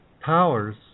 powers